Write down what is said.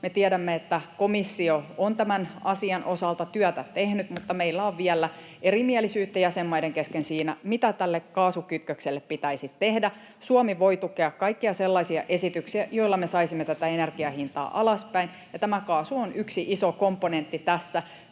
Me tiedämme, että komissio on tämän asian osalta työtä tehnyt, mutta meillä on vielä erimielisyyttä jäsenmaiden kesken siinä, mitä tälle kaasukytkökselle pitäisi tehdä. Suomi voi tukea kaikkia sellaisia esityksiä, joilla me saisimme tätä energian hintaa alaspäin, ja tämä kaasu on yksi iso komponentti tässä.